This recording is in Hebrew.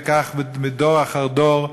וכך דור אחר דור,